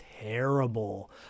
terrible